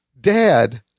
dad